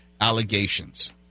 allegations